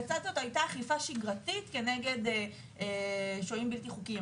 לצד זאת הייתה אכיפה שגרתית כנגד שוהים בלתי חוקיים.